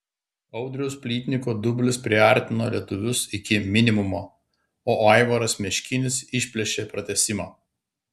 audriaus plytniko dublis priartino lietuvius iki minimumo o aivaras meškinis išplėšė pratęsimą